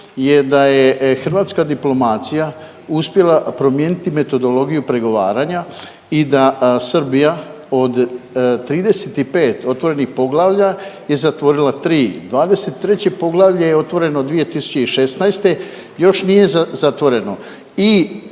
hrvatska diplomacija uspjela promijeniti metodologiju pregovaranja i da Srbija od 35 otvorenih poglavlja je zatvorila tri, 23. Poglavlje je otvoreno 2016., još nije zatvoreno